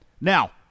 Now